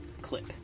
clip